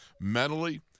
mentally